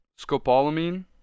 scopolamine